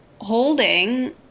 holding